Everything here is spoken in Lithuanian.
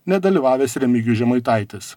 nedalyvavęs remigijus žemaitaitis